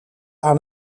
aan